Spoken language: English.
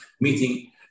meeting